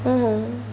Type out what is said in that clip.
ହଁ ହଁ